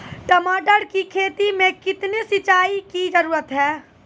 टमाटर की खेती मे कितने सिंचाई की जरूरत हैं?